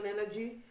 energy